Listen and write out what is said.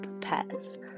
pets